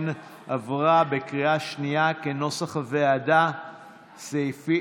הרבה מאוד תוכניות,